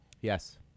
Yes